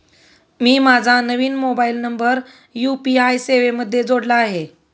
मी माझा नवीन mobile number UPI सेवेमध्ये जोडला आहे